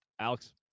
Alex